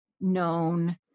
known